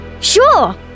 Sure